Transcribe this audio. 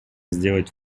сделать